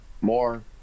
more